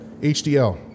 HDL